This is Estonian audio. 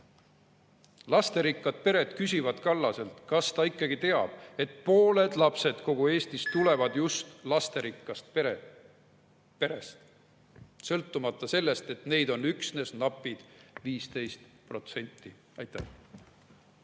Lasterikkad pered küsivad Kallaselt, kas ta ikka teab, et pooled lapsed kogu Eestis tulevad just lasterikkast perest, sõltumata sellest, et neid on üksnes napid 15%. Aitäh!